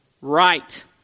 Right